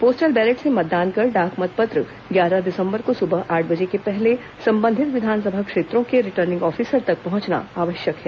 postal ballot से मतदान कर डाक मतपत्र ग्यारह दिसंबर को सुबह आठ बजे के पहले संबंधित विधानसभा क्षेत्रों के रिटर्निंग ऑफिसर तक पहुंचना आवश्यक है